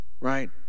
right